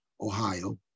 Ohio